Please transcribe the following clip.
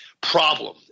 problem